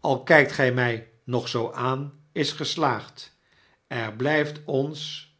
al kjkt gij my nog zoo aan is geslaagd er blyft ons